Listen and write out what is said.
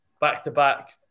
back-to-back